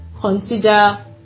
consider